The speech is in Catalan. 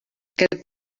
aquest